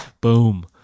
Boom